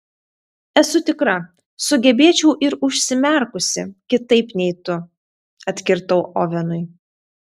esu tikra sugebėčiau ir užsimerkusi kitaip nei tu atkirtau ovenui